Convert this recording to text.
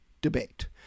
debate